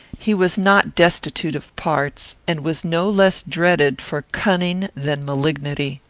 he was not destitute of parts, and was no less dreaded for cunning than malignity.